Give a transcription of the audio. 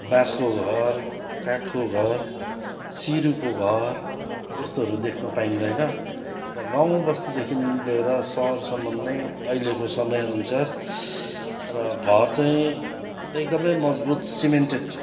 बाँसको घर काठको घर सिरुको घर यस्तोहरू देख्न पाइँदैन र गाउँबस्तीदेखि लिएर सहरसम्म नै अहिलेको समयअनुसार र घर चाहिँ एकदमै मजबुत सिमेन्टेड